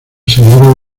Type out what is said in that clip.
señora